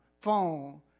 phone